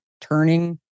turning